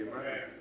Amen